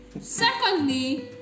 secondly